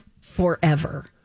forever